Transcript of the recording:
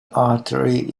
artery